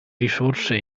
risorse